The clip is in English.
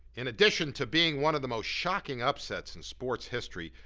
in addition to being one of the most shocking upsets in sports history,